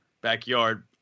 backyard